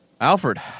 Alfred